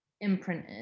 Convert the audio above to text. imprinted